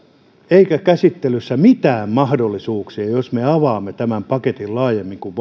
eikä käsittelyssä mitään mahdollisuuksia jos me avaamme tämän paketin laajemmin kuin